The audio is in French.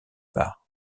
parts